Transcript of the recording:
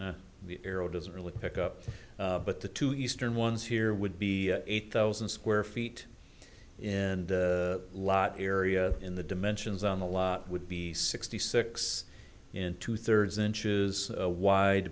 or the arrow doesn't really pick up but the two eastern ones here would be eight thousand square feet in a lot area in the dimensions on the lot would be sixty six in two thirds inches wide